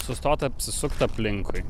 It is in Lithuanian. sustot apsisukt aplinkui